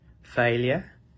failure